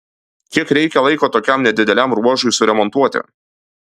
kiek reikia laiko tokiam nedideliam ruožui suremontuoti